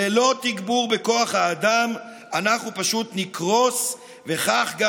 ללא תגבור בכוח האדם אנחנו פשוט נקרוס וכך גם